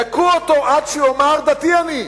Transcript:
יכו אותו עד שיאמר: דתי אני.